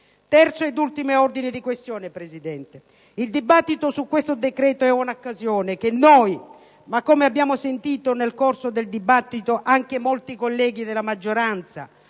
Terzo ed ultimo ordine di questione, signor Presidente. Il dibattito su questo decreto-legge è un'occasione che noi - ma come abbiamo sentito nel corso del dibattito anche molti esponenti della maggioranza